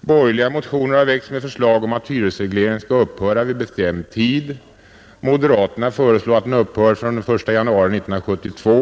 Borgerliga motioner har väckts med förslag om att hyresregleringen skall upphöra vid bestämd tid. Moderaterna föreslår att den upphör från den 1 januari 1972.